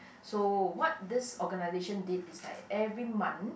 so what this organisation did is that every month